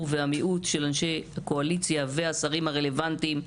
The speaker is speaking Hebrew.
והמיעוט של אנשי קואליציה והשרים הרלוונטיים,